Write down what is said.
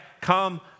come